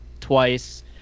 twice